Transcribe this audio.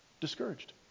discouraged